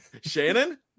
Shannon